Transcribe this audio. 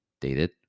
dated